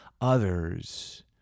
others